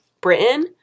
Britain